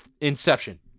inception